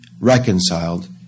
reconciled